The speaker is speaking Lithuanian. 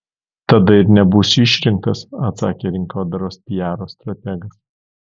tada ir nebūsi išrinktas atsakė rinkodaros piaro strategas